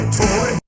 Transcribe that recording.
toy